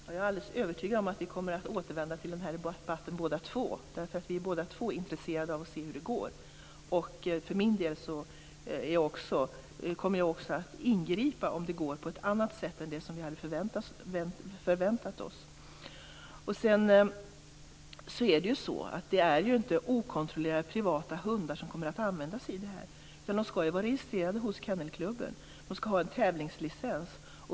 Herr talman! Jag är alldeles övertygad om att vi kommer att återvända till denna debatt båda två, eftersom vi båda två är intresserade av att se hur det går. Jag för min del kommer också att ingripa om det går på ett annat sätt än det som vi hade förväntat oss. Det är inte okontrollerade privata hundar som kommer att användas i detta, utan de skall vara registrerade hos Kennelklubben. De skall ha en tävlingslicens.